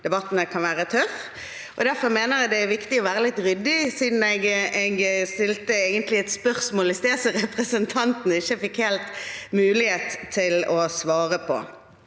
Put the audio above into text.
debattene kan være tøffe. Derfor mener jeg det er viktig å være litt ryddig, og jeg stilte et spørsmål i sted som representanten ikke helt fikk mulighet til å svare på.